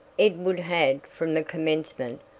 edward had, from the commencement,